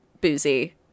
boozy